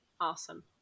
Awesome